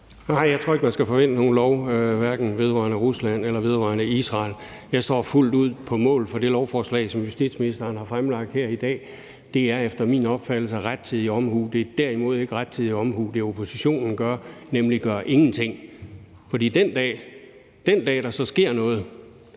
Nej, jeg tror ikke, man skal forvente nogen lov, hverken vedrørende Rusland eller vedrørende Israel. Jeg står fuldt ud på mål for det lovforslag, som justitsministeren har fremlagt her i dag. Det er efter min opfattelse rettidig omhu. Det er derimod ikke rettidig omhu, hvad oppositionen gør, nemlig at gøre ingenting, for den dag, der så sker noget